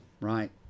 right